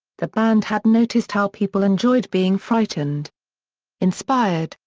the band had noticed how people enjoyed being frightened inspired,